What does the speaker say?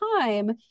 time